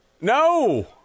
No